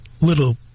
little